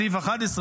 בסעיף 11,